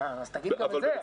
אז תגיד גם את זה.